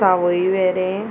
सावयवेरें